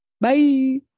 Bye